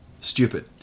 Stupid